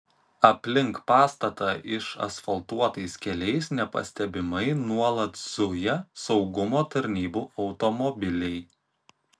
aplink pastatą išasfaltuotais keliais nepastebimai nuolat zuja saugumo tarnybų automobiliai